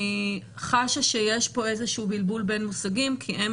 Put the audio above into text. אני חשה שיש פה איזה שהוא בלבול בין מושגים כי הם